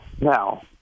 Now